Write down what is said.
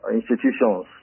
institutions